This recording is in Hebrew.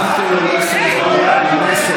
חברי הכנסת.